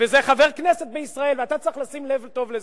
וזה חבר כנסת בישראל, ואתה צריך לשים לב טוב לזה,